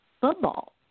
football